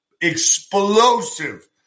Explosive